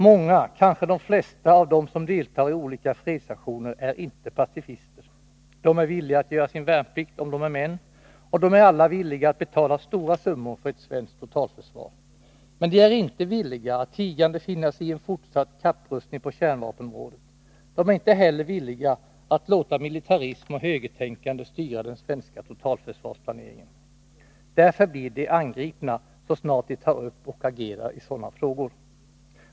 Många, kanske de flesta, av dem som deltar i olika fredsaktioner är inte pacifister. De är villiga att göra sin värnplikt om de är män, och de är alla villiga att betala stora summor för ett svenskt totalförsvar. Men de är inte villiga att tigande finna sig i en fortsatt kapprustning på kärnvapenområdet. De är inte heller villiga att låta militarism och högertänkande styra den svenska totalförsvarsplaneringen. Därför blir de angripna, så snart de tar upp och agerar i sådana frågor.